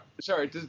Sorry